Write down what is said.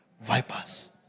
Vipers